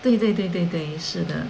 对对对对对是的